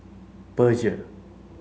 Peugeot